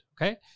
okay